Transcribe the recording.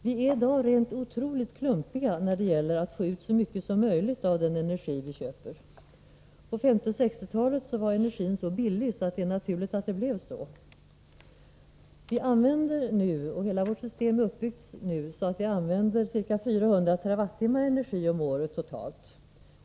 Vi är i dag rent otroligt klumpiga när det gäller att få ut så mycket som möjligt av den energi vi köper. På 1950 och 1960-talen var energin så billig att det var naturligt att det blev så. Vi använder nu totalt ca 400 TWh energi om året.